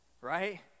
right